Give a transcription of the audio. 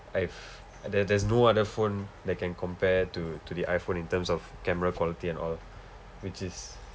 like if there there's no other phone that can compare to to the iphone in terms of camera quality and all which is